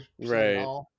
right